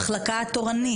המחלקה התורנית?